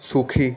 সুখী